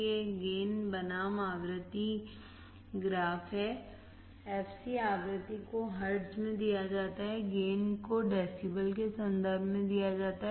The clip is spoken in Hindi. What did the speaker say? यह एक गेन बनाम आवृत्ति ग्राफ है fc आवृत्ति को हर्ट्ज में दिया जाता हैगेन को डेसीबल के संदर्भ में दिया जाता है